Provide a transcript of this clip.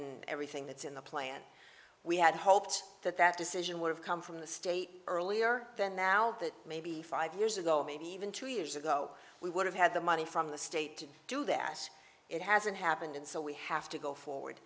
in everything that's in the plan we had hoped that that decision would have come from the state earlier than now that maybe five years ago or maybe even two years ago we would have had the money from the state to do that it hasn't happened and so we have to go forward